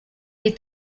est